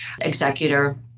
executor